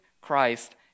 Christ